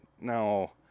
No